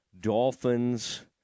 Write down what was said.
Dolphins